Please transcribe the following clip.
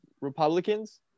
republicans